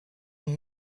und